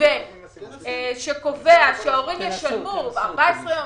מתווה שקובע שאחרי 14 ימים